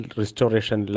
restoration